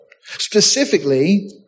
Specifically